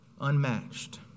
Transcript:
unmatched